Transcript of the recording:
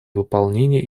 выполнение